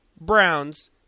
Browns